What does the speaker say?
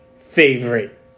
favorite